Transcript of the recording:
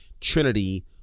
Trinity